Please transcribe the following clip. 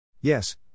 Yes